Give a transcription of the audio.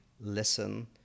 listen